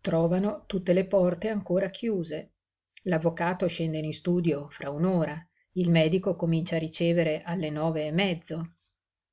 trovano tutte le porte ancora chiuse l'avvocato scende in istudio fra un'ora il medico comincia a ricevere alle nove e mezzo